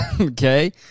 Okay